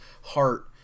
heart